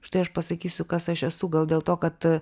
štai aš pasakysiu kas aš esu gal dėl to kad